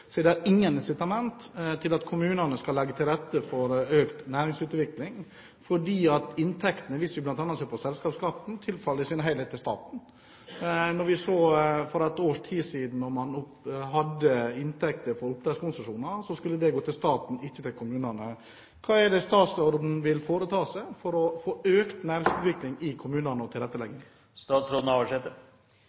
det ingen incitament til at kommunene skal legge til rette for økt næringsutvikling. Inntektene, hvis vi bl.a. ser på selskapsskatten, tilfaller i sin helhet staten. Vi så for et års tid siden at når det gjaldt inntekter fra oppdrettskonsesjoner, skulle de gå til staten, ikke til kommunene. Hva er det statsråden vil foreta seg for å få økt tilrettelegging for næringsutvikling i kommunene? Eg opplever kommunar – og